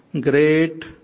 great